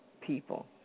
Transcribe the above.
people